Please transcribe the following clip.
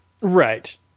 Right